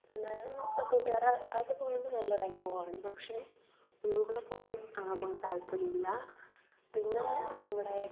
പിന്നെ ആ കൂട്ടുകാരായിട്ട് പോയത് കൊണ്ട് നല്ലൊരനുഭവമാണ് പക്ഷേ ഒന്നും കൂടെ പോകാൻ അവിടെ പോകാൻ താൽപ്പര്യം ഇല്ല പിന്നെ ഇവിടെ